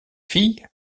fille